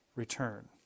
return